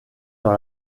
dans